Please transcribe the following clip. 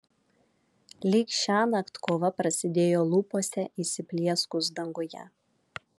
lyg šiąnakt kova prasidėjo lūpose įsiplieskus danguje